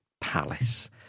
Palace